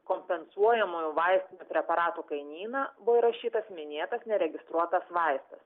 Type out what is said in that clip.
kompensuojamųjų vaistinių preparatų kainyną buvo įrašytas minėtas neregistruotas vaistas